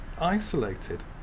isolated